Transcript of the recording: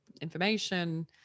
information